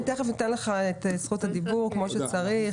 אני תכף אתן לך את זכות הדיבור כמו שצריך.